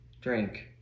drink